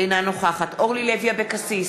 אינה נוכחת אורלי לוי אבקסיס,